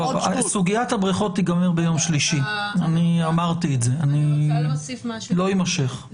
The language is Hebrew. אני לא אשכח את